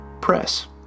press